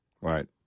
Right